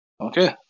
okay